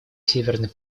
северной